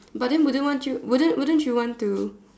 but then wouldn't want you wouldn't wouldn't you want to